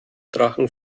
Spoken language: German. drachen